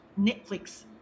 Netflix